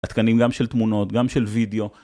התקנים גם של תמונות, גם של וידאו.